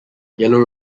yellow